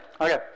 okay